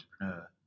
entrepreneur